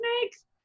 snakes